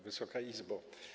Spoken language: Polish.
Wysoka Izbo!